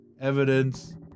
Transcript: Evidence